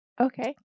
Okay